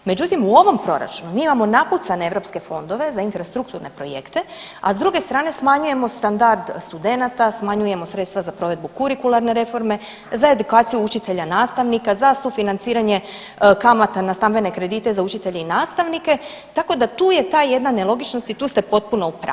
Međutim u ovom Proračunu, mi imamo napucane europske fondove za infrastrukturne fondove, a s druge strane smanjujemo standard studenata, smanjujemo sredstva za provedbu kurikularne reforme, za edukaciju učitelja i nastavnika, za sufinanciranje kamata na stambene kredite za učitelje i nastavnike, tako da tu je ta jedna nelogičnost i tu ste potpuno u pravu.